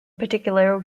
particular